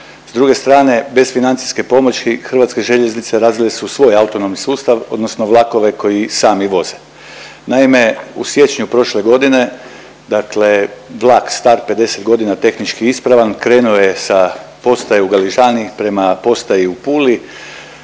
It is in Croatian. S druge strane bez financijske pomoći Hrvatske željeznice razvile su svoj autonomni sustav, odnosno vlakove koji sami voze. Naime, u siječnju prošle godine, dakle vlak star 50 godina tehnički ispravan krenuo je sa postaje u Galižani prema postaji u Puli